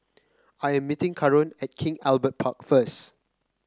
I am meeting Karon at King Albert Park first